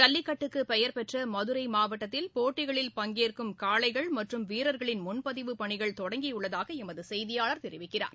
ஜல்லிக்கட்டுக்கு பெயர்பெற்ற மதுரை மாவட்டத்தில் போட்டிகளில் பங்கேற்கும் காளைகள் மற்றும் வீரர்களின் முன்பதிவு பணிகள் தொடங்கியுள்ளதாக எமது செய்தியாளர் தெரிவிக்கிறார்